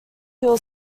hill